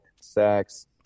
sex